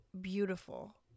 beautiful